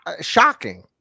Shocking